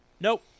Nope